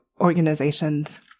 organizations